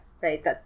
Right